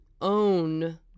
own